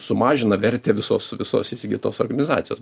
sumažina vertę visos visos įsigytos organizacijos